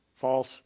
False